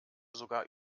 sogar